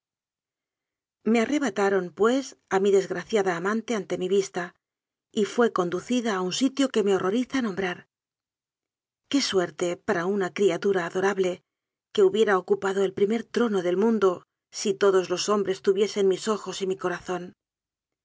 me arrebataron pues a mi desgraciada amante ante mi vista y fué conducida a un sitio que me horroriza nombrar qué suerte para una criatura adorable que hubiera ocupado el primer trono del mundo si todos los hombres tuviesen mis ojos y mi corazón